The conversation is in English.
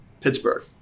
Pittsburgh